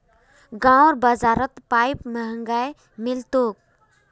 गांउर बाजारत पाईप महंगाये मिल तोक